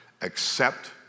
Accept